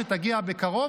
שתגיע בקרוב,